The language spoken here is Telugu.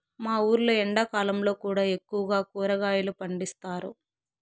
మా ఊర్లో ఎండాకాలంలో కూడా ఎక్కువగా కూరగాయలు పండిస్తారు